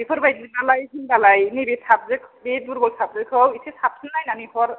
बेफोर बायदिबालाय होनबालाय नैबे साबजेट बे दुरबल साबजेटखौ एसे साबसिन नायनानै हर